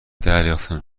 دریافتم